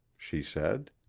she said.